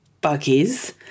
buggies